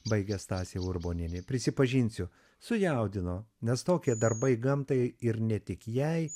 baigia stasė urbonienė prisipažinsiu sujaudino nes tokie darbai gamtai ir ne tik jai